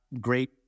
great